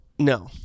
No